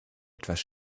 etwas